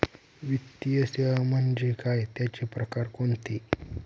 वित्तीय सेवा म्हणजे काय? त्यांचे प्रकार कोणते?